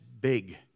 big